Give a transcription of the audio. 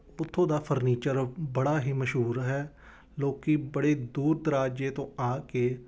ਉੱਥੋਂ ਦਾ ਫਰਨੀਚਰ ਬੜਾ ਹੀ ਮਸ਼ਹੂਰ ਹੈ ਲੋਕੀ ਬੜੇ ਦੂਰ ਦਰਾਜੇ ਤੋਂ ਆ ਕੇ